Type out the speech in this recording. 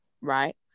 right